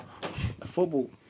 Football